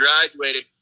graduated